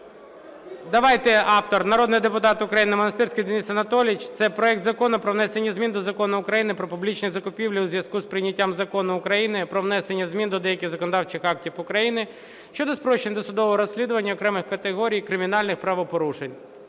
Давайте, автор – народний депутат України Монастирський Денис Анатолійович. Це проект Закону про внесення змін до Закону України "Про публічні закупівлі" у зв'язку з прийняттям Закону України "Про внесення змін до деяких законодавчих актів України щодо спрощення досудового розслідування окремих категорій кримінальних правопорушень".